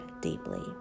deeply